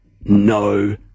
No